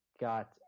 got